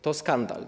To skandal.